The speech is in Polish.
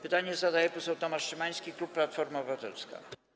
Pytanie zadaje poseł Tomasz Szymański, klub Platforma Obywatelska.